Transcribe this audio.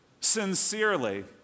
sincerely